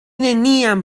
neniam